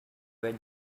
where